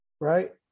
Right